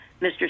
Mr